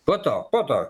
po to po to